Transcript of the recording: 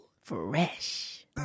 fresh